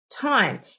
time